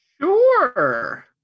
Sure